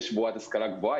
יש בועת השכלה גבוהה,